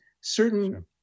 certain